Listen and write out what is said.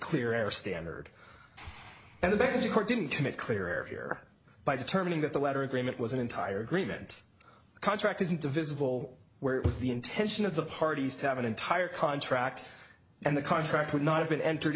clear air standard and the court didn't commit clear by determining that the letter agreement was an entire agreement contract isn't visible where it was the intention of the parties to have an entire contract and the contract would not have been entered